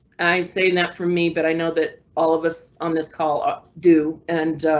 i say not for me, but i know that all of us on this call ah do. and